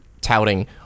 touting